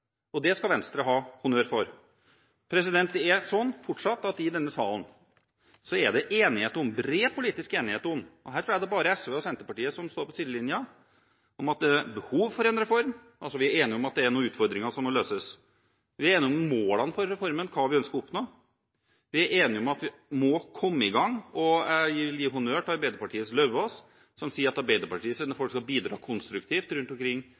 og det skal Venstre ha honnør for. Det er fortsatt slik at i denne salen er det bred politisk enighet – her tror jeg det bare er SV og Senterpartiet som står på sidelinjen – om at det er behov for en reform: Vi er enige om at det er noen utfordringer som må løses, vi er enige om målene for reformen – hva vi ønsker å oppnå – og vi er enige om at vi må komme i gang. Jeg vil gi honnør til Arbeiderpartiets Lauvås som sier at Arbeiderpartiets folk skal bidra konstruktivt rundt omkring